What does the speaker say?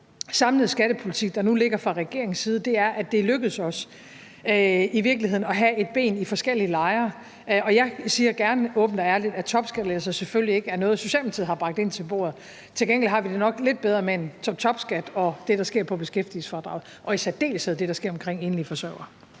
samlede skattepolitik, der nu ligger fra regeringens side, er, at det i virkeligheden er lykkedes os at have et ben i forskellige lejre. Og jeg siger gerne åbent og ærligt, at topskattelettelser selvfølgelig ikke er noget, Socialdemokratiet har bragt ind til bordet. Til gengæld har vi det nok lidt bedre med en toptopskat og det, der sker med beskæftigelsesfradraget, og i særdeleshed det, der sker omkring enlige forsørgere.